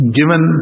given